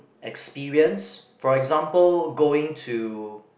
experience